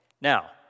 Now